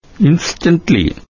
Instantly